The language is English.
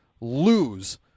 lose